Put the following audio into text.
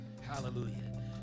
Hallelujah